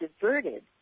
diverted